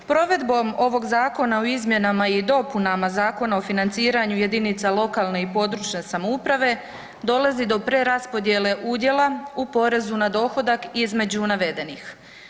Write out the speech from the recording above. Provedbom ovog Zakona o izmjenama i dopunama Zakona o financiranju jedinica lokalne i područne samouprave dolazi do preraspodjele udjele u porezu na dohodak između navedenih.